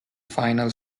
final